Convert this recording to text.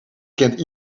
kent